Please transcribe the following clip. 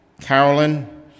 Carolyn